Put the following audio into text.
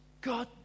God